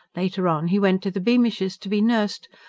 later on he went to the beamishes, to be nursed.